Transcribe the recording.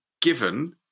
given